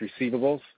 receivables